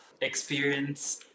experience